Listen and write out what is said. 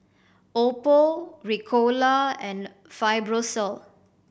Oppo Ricola and Fibrosol